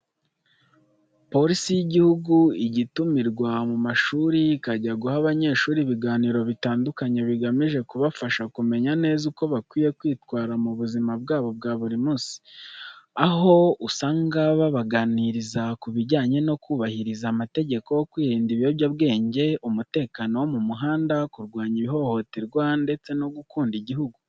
Polisi y'igihugu ijya itumirwa mu mashuri ikajya guha abanyeshuri ibiganiro bitandukanye bigamije kubafasha kumenya neza uko bakwiye kwitwara mu buzima bwa buri munsi. Aho usanga babaganiriza ku bijyanye no kubahiriza amategeko, kwirinda ibiyobyabwenge, umutekano wo mu muhanda, kurwanya ihohoterwa, ndetse no gukunda igihugu.